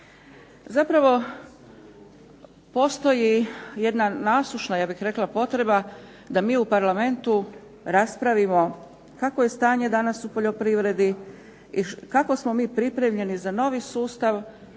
Zapravo, postoji jedna nasušna ja bih rekla potreba da mi u Parlamentu raspravimo kakvo je stanje danas u poljoprivredi i kako smo mi pripremljeni za novi sustav poljoprivrednih